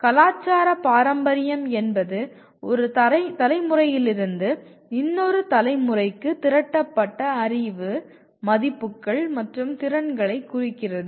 " கலாச்சார பாரம்பரியம் என்பது ஒரு தலைமுறையிலிருந்து இன்னொரு தலைமுறைக்கு திரட்டப்பட்ட அறிவு மதிப்புகள் மற்றும் திறன்களைக் குறிக்கிறது